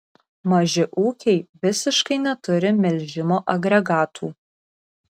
maži ūkiai visiškai neturi melžimo agregatų